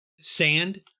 sand